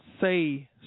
say